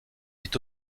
est